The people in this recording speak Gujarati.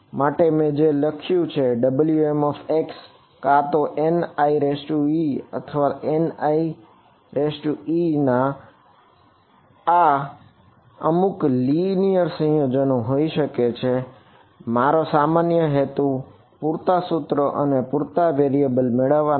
તે માટે જ મેં લખ્યું છે કે Wmx એ કાં તો Nie અથવા Nie ના અમુક લિનિયર મેળવવાનો છે